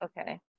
Okay